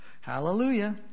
hallelujah